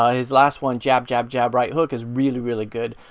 ah his last one, jab, jab, jab, right hook is really really good.